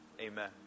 Amen